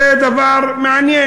זה דבר מעניין.